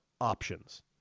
options